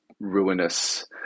ruinous